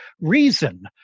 reason